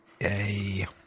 Yay